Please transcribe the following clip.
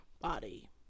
body